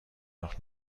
noch